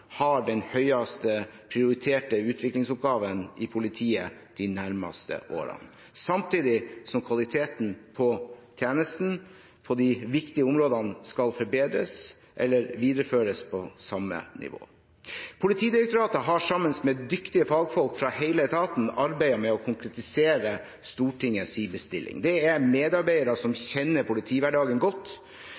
har den høyest prioriterte utviklingsoppgaven i politiet de nærmeste årene, samtidig som kvaliteten på tjenesten på de viktige områdene skal forbedres, eller videreføres på samme nivå. Politidirektoratet har sammen med dyktige fagfolk fra hele etaten arbeidet med å konkretisere Stortingets bestilling. Det er medarbeidere som kjenner politihverdagen godt.